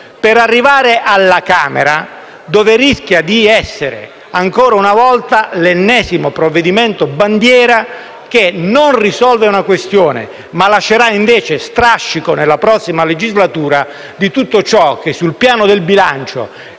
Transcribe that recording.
per arrivare alla Camera, dove rischia di essere, ancora una volta, l'ennesimo provvedimento bandiera che non risolve una questione, ma che lascerà invece strascico nella prossima legislatura di tutto ciò che, sul piano del bilancio